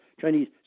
Chinese